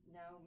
no